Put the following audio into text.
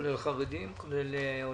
כולל חרדים.